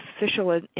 official